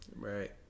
Right